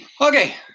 Okay